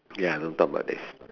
ya don't talk about this